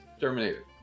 Terminator